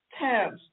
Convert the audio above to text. tabs